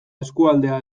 eskualdea